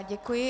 Děkuji.